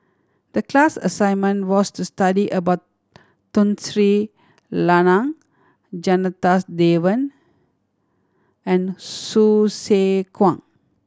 the class assignment was to study about Tun Sri Lanang Janadas Devan and Hsu Tse Kwang